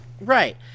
Right